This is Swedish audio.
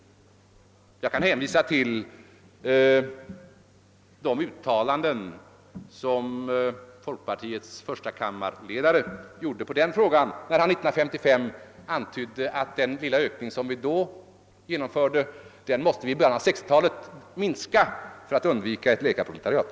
Jag kan hänvisa till de uttalanden som folkpartiets gruppledare i första kammaren gjorde i denna fråga 1955, där han antydde att den lilla ökning som vi då genomförde inte skulle kunna upprätthållas under början av 1960-talet om vi ville undvika ett läkarproletariat.